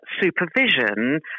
supervision